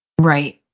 Right